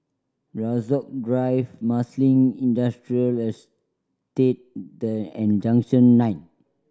Rasok Drive Marsiling Industrial Estated and Junction Nine